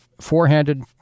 four-handed